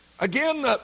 Again